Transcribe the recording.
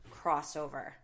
crossover